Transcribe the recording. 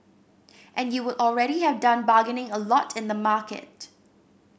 and you would already have done bargaining a lot in the market